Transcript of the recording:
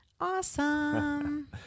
Awesome